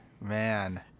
man